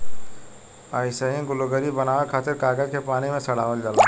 अइसही लुगरी बनावे खातिर कागज के पानी में सड़ावल जाला